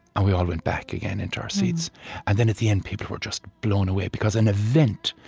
and we all went back again into our seats and then, at the end, people were just blown away, because an event,